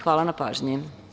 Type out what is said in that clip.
Hvala na pažnji.